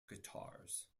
guitars